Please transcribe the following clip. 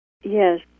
Yes